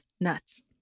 nuts